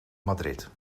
madrid